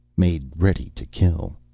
made ready to kill.